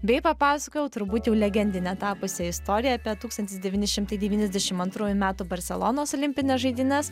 bei papasakojau turbūt jau legendine tapusią istoriją apie tūkstantis devyni šimtai devyniasdešim antrųjų metų barselonos olimpines žaidynes